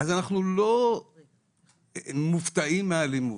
אז אנחנו לא מופתעים מאלימות,